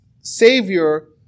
savior